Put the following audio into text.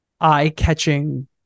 eye-catching